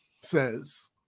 says